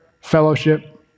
fellowship